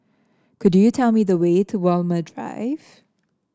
could you tell me the way to Walmer Drive